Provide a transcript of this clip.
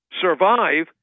survive